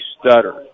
Stutter